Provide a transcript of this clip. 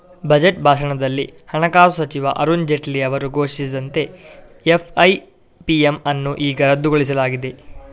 budget ಭಾಷಣದಲ್ಲಿ ಹಣಕಾಸು ಸಚಿವ ಅರುಣ್ ಜೇಟ್ಲಿ ಅವರು ಘೋಷಿಸಿದಂತೆ ಎಫ್.ಐ.ಪಿ.ಎಮ್ ಅನ್ನು ಈಗ ರದ್ದುಗೊಳಿಸಲಾಗಿದೆ